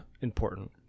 important